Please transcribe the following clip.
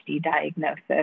diagnosis